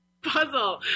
Puzzle